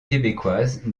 québécoise